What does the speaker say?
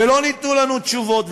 ולא ניתנו לנו תשובות.